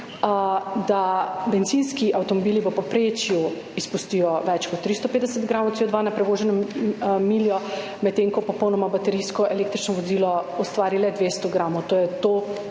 da bencinski avtomobili v povprečju izpustijo več kot 350 gramov CO2 na prevoženo miljo, medtem ko popolnoma baterijsko električno vozilo ustvari le 200 gramov, torej